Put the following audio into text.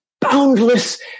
boundless